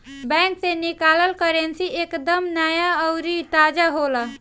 bank से निकालल currency एक दम नया अउरी ताजा होला